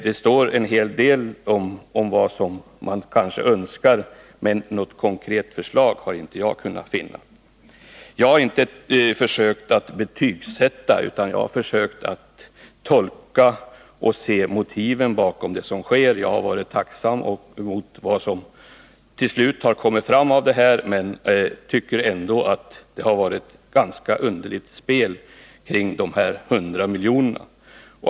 Det står en hel del om vad man kanske önskar, men något konkret förslag har jag inte kunnat finna i motionen. Jag har inte försökt betygsätta, utan jag har försökt att tolka och se motiven bakom det som sker. Jag har varit tacksam för vad som till slut kommit fram av det här, men jag tycker ändå att det har varit ett ganska underligt spel kring de 100 miljonerna.